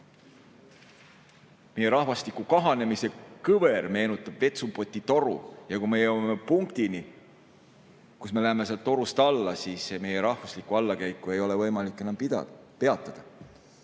meie rahvastiku kahanemise kõver meenutab vetsupoti toru ja kui me jõuame punktini, kus me läheme sealt torust alla, siis meie rahvuslikku allakäiku ei ole võimalik enam peatada.